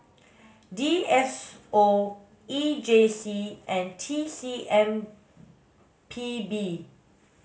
D S O E J C and T C M P B